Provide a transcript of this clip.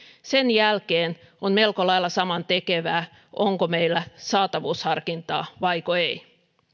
sen jälkeen on melko lailla samantekevää onko meillä saatavuusharkintaa vaiko ei